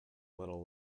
little